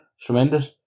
tremendous